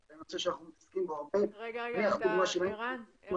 צריך קודם כל לייצר איזו שהיא פלטפורמה של